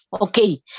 Okay